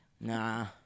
Nah